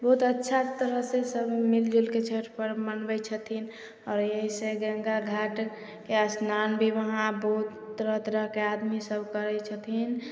बहुत अच्छा तरहसे सभ मिलि जुलिके छठि परब मनबै छथिन आओर यहीसे गङ्गा घाटके अस्नान भी वहाँ बहुत तरह तरहके आदमीसभ करै छथिन